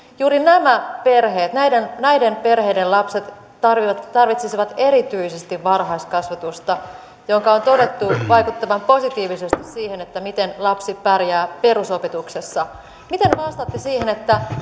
juuri nämä perheet näiden näiden perheiden lapset tarvitsivat erityisesti varhaiskasvatusta jonka on todettu vaikuttavan positiivisesti siihen miten lapsi pärjää perusopetuksessa miten vastaatte siihen